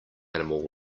animal